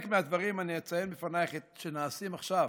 אציין בפנייך חלק מהדברים שנעשים עכשיו